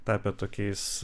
tapę tokiais